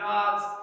God's